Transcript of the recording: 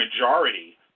majority